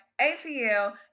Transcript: atl